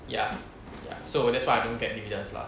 ya ya so that's why I don't get dividends lah